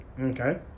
Okay